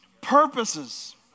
purposes